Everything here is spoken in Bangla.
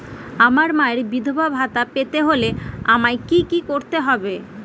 আমার মায়ের বিধবা ভাতা পেতে হলে আমায় কি কি করতে হবে?